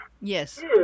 Yes